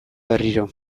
berriro